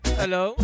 hello